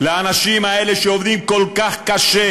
לאנשים האלה שעובדים כל כך קשה,